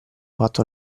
fatto